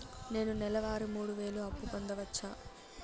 నేను నెల వారి మూడు వేలు అప్పు పొందవచ్చా?